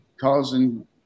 causing –